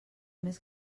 més